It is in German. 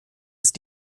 ist